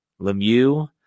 Lemieux